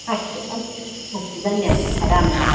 अस्तु अस्तु अस्तु धन्यवादः राम्राम्